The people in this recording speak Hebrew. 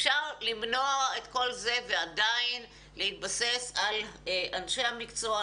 אפשר למנוע את כל זה ועדיין להתבסס על אנשי המקצוע,